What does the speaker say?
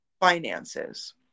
finances